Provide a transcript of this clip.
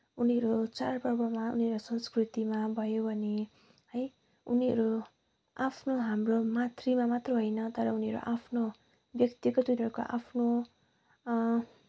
उनीहरू चाडपर्वमा उनीहरू संस्कृतिमा भयो अनि है उनीहरू आफ्नो हाम्रो मातृमा मात्रै होइन तर उनीहरू आफ्नो व्यक्तिगत तिनीहरूको आफ्नो